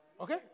Okay